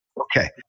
Okay